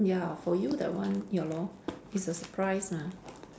ya for you the one ya lor it's a surprise lah